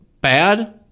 bad